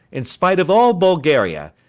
in spite of all bulgaria.